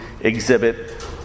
exhibit